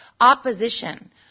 opposition